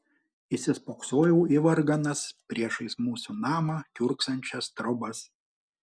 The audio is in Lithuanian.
įsispoksojau į varganas priešais mūsų namą kiurksančias trobas